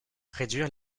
réduire